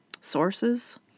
sources